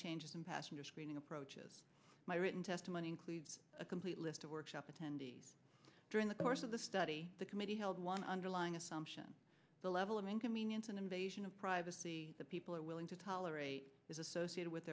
changes in passenger screening approaches my written testimony includes a complete list of workshop attendees during the course of the study the committee held one underlying assumption the level of inconvenience an invasion of privacy that people are willing to tolerate is associated with